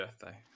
birthday